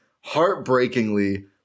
heartbreakingly